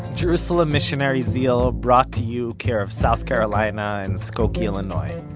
jerusalem missionary zeal. ah brought to you care of south carolina and skokie, illinois.